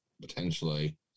potentially